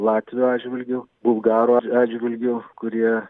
latvių atžvilgiu bulgarų at atžvilgiu kurie